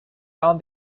down